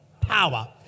power